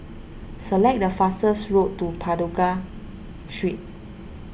select the fastest road to Pagoda Street